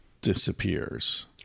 disappears